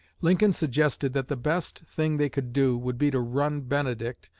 lincoln suggested that the best thing they could do would be to run benedict,